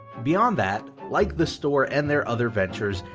beyond that, like the store and their other ventures,